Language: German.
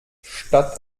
statt